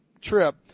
trip